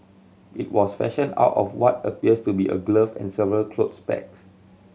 it was fashioned out of what appears to be a glove and several clothes pegs